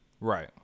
Right